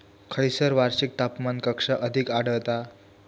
खैयसर वार्षिक तापमान कक्षा अधिक आढळता?